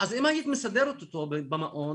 אם היית מסדרת אותו במעון,